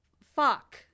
Fuck